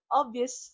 obvious